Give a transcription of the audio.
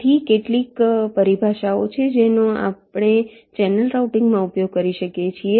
તેથી કેટલીક પરિભાષાઓ છે જેનો આપણે ચેનલ રાઉટિંગમાં ઉપયોગ કરીએ છીએ